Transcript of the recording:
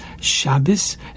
Shabbos